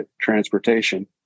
transportation